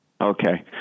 Okay